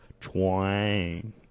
twang